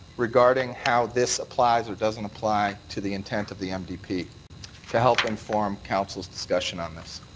regarding how this applies or doesn't apply to the intent of the mdp to help them form council's discussion on this.